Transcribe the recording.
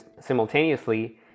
simultaneously